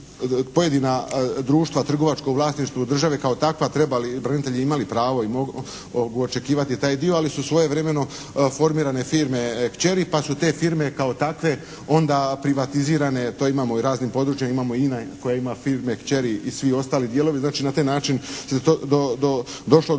pojedina društva u trgovačkom vlasništvu države kao takva trebali, branitelji imali pravo i mogli očekivati svoj dio, ali su svojevremeno formirane firme kćeri pa su te firme kao takve onda privatizirane. To imamo u raznim područjima. Imamo INA koja ima firme kćeri i svi ostali dijelovi. Znači na taj način se to došlo do